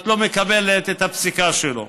את לא מקבלת את הפסיקה שלו.